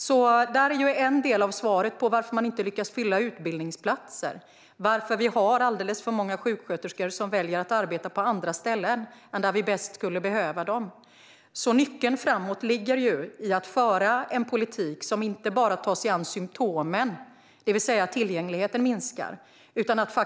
Det är en del av svaret på frågan varför man inte lyckas fylla utbildningsplatser, varför det är alldeles för många sjuksköterskor som väljer att arbeta på andra ställen än där de bäst skulle behövas. Nyckeln framåt är att föra en politik som inte bara tar sig an symtomen, det vill säga att tillgängligheten minskar.